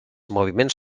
moviments